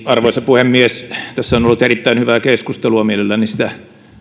arvoisa puhemies tässä on ollut erittäin hyvää keskustelua ja mielelläni sitä